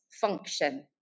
function